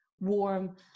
warm